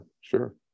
sure